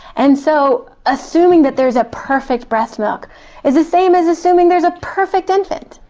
and so assuming that there is a perfect breast milk is the same as assuming there is a perfect infant,